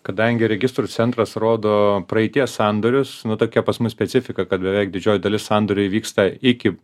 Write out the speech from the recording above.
kadangi registrų centras rodo praeities sandorius nu tokia pas mus specifika kad beveik didžioji dalis sandorių įvyksta iki